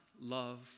love